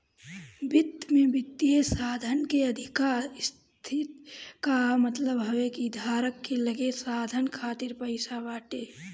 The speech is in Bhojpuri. वित्त में वित्तीय साधन के अधिका स्थिति कअ मतलब हवे कि धारक के लगे साधन खातिर पईसा बाटे